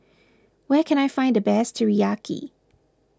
where can I find the best Teriyaki